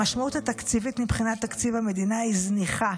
המשמעות התקציבית מבחינת תקציב המדינה היא זניחה